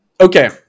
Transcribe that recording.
Okay